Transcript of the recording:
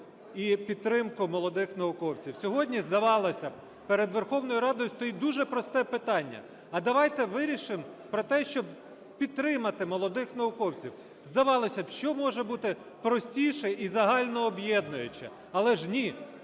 і підтримку молодих науковців. Сьогодні, здавалося б, перед Верховною Радою стоїть дуже просте питання: а давайте вирішимо про те, щоб підтримати молодих науковців. Задавалося б, що може бути простіше і загально об'єднуюче. Але ж ні,